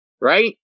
right